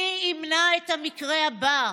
מי ימנע את המקרה הבא?